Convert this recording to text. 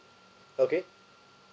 okay